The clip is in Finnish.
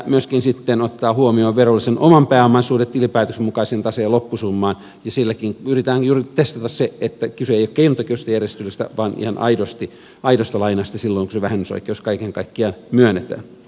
myöskin otetaan huomioon verollisen oman pääoman suhde tilinpäätöksen mukaisen taseen loppusummaan ja silläkin yritetään juuri testata se että kyse ei ole keinotekoisesta järjestelystä vaan ihan aidosta lainasta silloin kun se vähennysoikeus kaiken kaikkiaan myönnetään